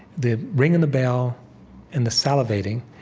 the ringing the bell and the salivating,